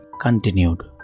continued